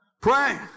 Pray